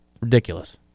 Ridiculous